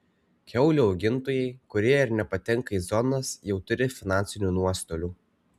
kiaulių augintojai kurie ir nepatenka į zonas jau turi finansinių nuostolių